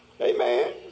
Amen